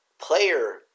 player